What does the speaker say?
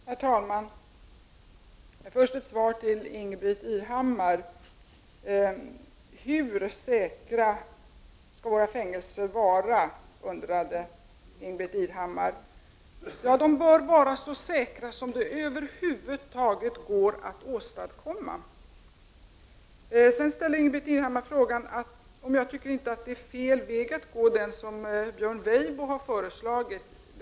Herr talman! Jag vill först ge ett svar på Ingbritt Irhammars fråga. Hur säkra skall våra fängelser vara? De bör vara så säkra som det över huvud taget går att åstadkomma. Ingbritt Irhammar ställde också frågan om jag tycker att den väg som Björn Weibo har föreslagit är fel väg att gå.